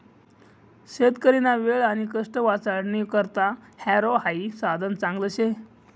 शेतकरीना वेळ आणि कष्ट वाचाडानी करता हॅरो हाई साधन चांगलं शे